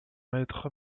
maître